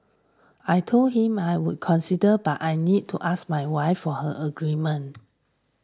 I told him I would consider but I need to ask my wife for her agreement